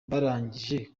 barangije